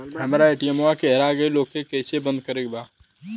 हमरा ए.टी.एम वा हेरा गइल ओ के के कैसे बंद करे के बा?